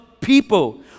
people